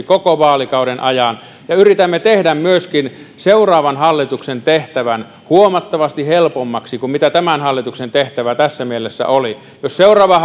koko vaalikauden ajan ja yritämme tehdä myöskin seuraavan hallituksen tehtävän huomattavasti helpommaksi kuin tämän hallituksen tehtävä tässä mielessä oli jos seuraava